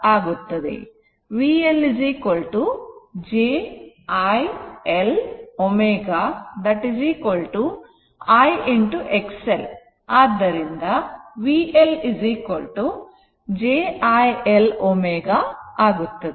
VL j I L ω I XLಆದ್ದರಿಂದ VL j I L ω ಆಗುತ್ತದೆ